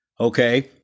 Okay